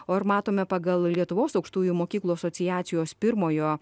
o ir matome pagal lietuvos aukštųjų mokyklų asociacijos pirmojo